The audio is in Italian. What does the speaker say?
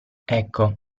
ecco